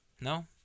no